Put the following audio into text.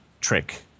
trick